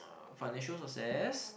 uh financial success